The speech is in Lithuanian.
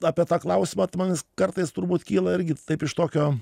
apie tą klausimą tai man kartais turbūt kyla irgi taip iš tokio